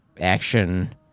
action